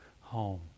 home